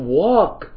walk